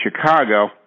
Chicago